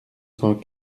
cent